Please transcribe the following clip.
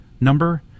number